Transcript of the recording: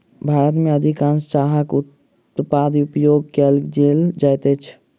भारत में अधिकाँश चाहक उत्पाद उपयोग कय लेल जाइत अछि